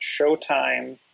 Showtime